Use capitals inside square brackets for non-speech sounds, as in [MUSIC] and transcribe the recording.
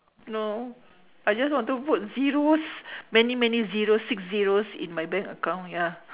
no I just want to put zeros [BREATH] many many zeros six zeros in my bank account ya